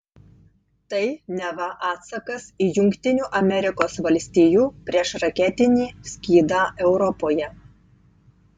tai neva atsakas į jungtinių amerikos valstijų priešraketinį skydą europoje